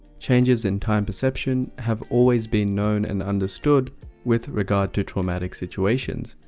changes in time perception have always been known and understood with regard to traumatic situations